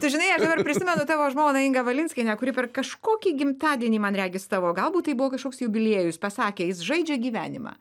tu žinai aš dar prisimenu tavo žmoną ingą valinskienę kuri per kažkokį gimtadienį man regis tavo galbūt tai buvo kažkoks jubiliejus pasakė jis žaidžia gyvenimą